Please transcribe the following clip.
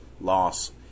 loss